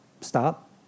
Stop